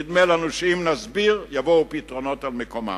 נדמה לנו שאם נסביר יבואו פתרונות על מקומם.